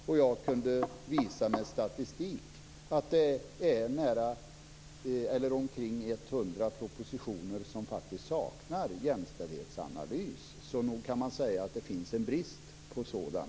Och jag kunde visa med statistik att det är omkring 100 propositioner som faktiskt saknar jämställdhetsanalys. Så nog kan man säga att det finns en brist på sådan.